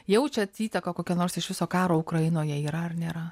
jaučiat įtaką kokią nors iš viso karo ukrainoje yra ar nėra